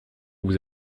vous